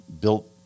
built